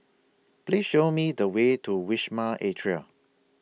Please Show Me The Way to Wisma Atria